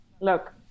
look